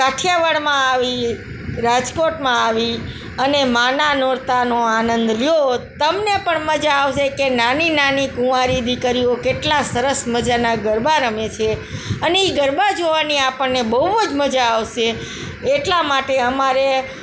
કાઠિયાવાડમાં આવી રાજકોટમાં આવી અને માના નોરતાંનો આનંદ લો તમને પણ મજા આવશે કે નાની નાની કુંવારી દીકરીઓ કેટલા સરસ મજાના ગરબા રમે છે અને એ ગરબા જોવાની આપણને બહુ જ મજા આવશે એટલા માટે અમારે